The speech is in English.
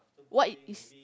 what is